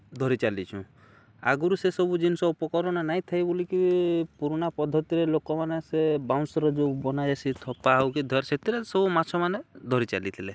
ଧରିଚାଲିଛୁଁ ଆଗୁରୁ ସେସବୁ ଜିନିଷ ଉପକରଣ ନାଇଁଥାଇ ବୋଲିକିରି ପୁରୁଣା ପଦ୍ଧତିରେ ଲୋକମାନେ ସେ ବାଉଁଶ୍ର ଯୋଉ ବନାଏସି ଥପା ହଉ କିି ଧର୍ ସେଥିରେ ସବୁ ମାଛମାନେ ଧରିଚାଲିଥିଲେ